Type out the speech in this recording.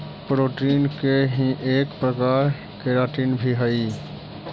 protein के ही एक प्रकार केराटिन भी हई